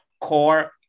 core